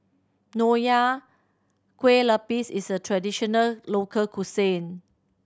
Nonya Kueh Lapis is a traditional local cuisine